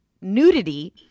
nudity